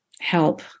help